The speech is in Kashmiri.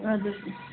اَدٕ حظ بِہِو